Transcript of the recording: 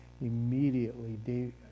Immediately